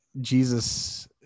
Jesus –